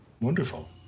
Wonderful